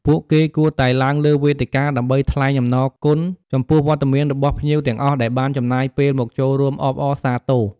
ពួកគេគួរតែឡើងលើវេទិកាដើម្បីថ្លែងអំណរគុណចំពោះវត្តមានរបស់ភ្ញៀវទាំងអស់ដែលបានចំណាយពេលមកចូលរួមអបអរសាទរ។